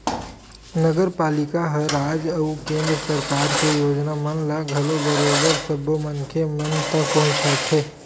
नगरपालिका ह राज अउ केंद्र सरकार के योजना मन ल घलो बरोबर सब्बो मनखे मन तक पहुंचाथे